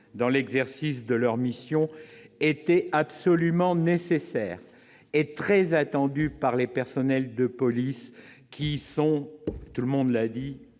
dans l'exercice de leurs missions était absolument nécessaire et très attendue par les personnels de police qui sont- tous les orateurs l'ont dit